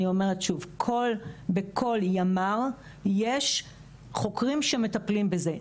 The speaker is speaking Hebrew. אני אומרת שוב, בכל ימ"ר יש חוקרים שמטפלים בזה.